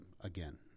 again